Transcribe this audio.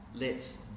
lets